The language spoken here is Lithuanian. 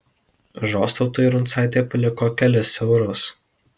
žostautui rancaitė paliko kelis eurus